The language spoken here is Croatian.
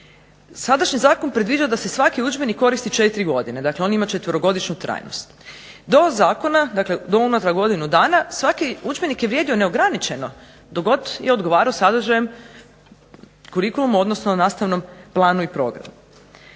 sadašnji zakon predviđa da se svaki udžbenik koristi četiri godine, dakle on ima četverogodišnju trajnost. Do zakona, dakle do unatrag godinu dana svaki udžbenik je vrijedio neograničeno dok god je odgovarao sadržajem kurikulumu odnosno nastavnom planu i programu.